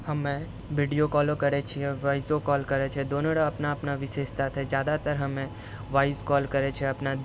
हमे वीडियो कॉलो करै छियै वॉईसो कॉल करै छियै दूनू रऽ अपना अपना विशेषता छै जादातर हमे वॉइस कॉल करै छियै अपन